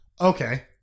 Okay